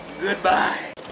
Goodbye